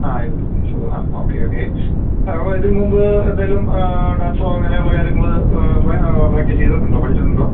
ആ ഇരുപത്തിയഞ്ച് വയസ്സ് ആ ഓക്കെ ഓക്കെ ഇതിനു മുമ്പ് എന്തേലും ഡാൻസോ അങ്ങനെയുള്ള കാര്യങ്ങള് പ്രേക്ടീസെയ്തിട്ടുണ്ടോ പഠിച്ചിട്ടുണ്ടോ